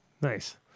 Nice